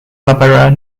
barbara